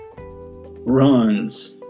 runs